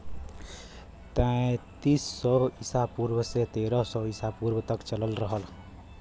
तैंतीस सौ ईसा पूर्व से तेरह सौ ईसा पूर्व तक चलल रहल